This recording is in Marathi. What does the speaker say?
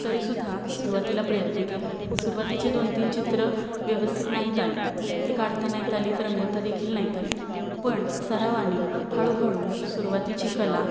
तरी सुद्धा सुरुवातीला प्रयत्न केला सुरुवातीची दोन तीन चित्र व्यवस्थित नाहीत आली ती काढता नाहीत आलीत रंगवता देखील नाहीत आलीत पण सरावाने हळूहळू सुरुवातीची कला